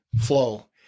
flow